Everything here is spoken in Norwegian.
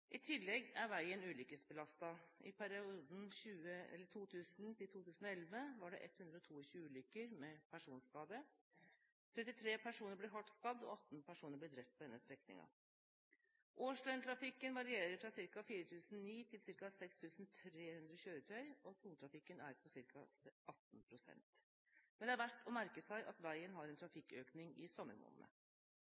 I tillegg er veien ulykkesbelastet. I perioden 2000–2011 var det 122 ulykker med personskade, 33 personer ble hardt skadd og 18 personer ble drept på denne strekningen. Årsdøgntrafikken varierer fra ca. 4 900 til ca. 6 300 kjøretøy, og tungtrafikken er på ca. 18 pst. Det er verdt å merke seg at veien har en